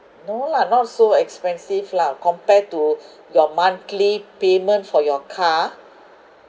no lah not so expensive lah compared to your monthly payment for your car